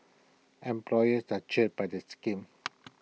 employers are cheered by the schemes